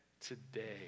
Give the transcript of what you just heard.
today